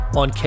on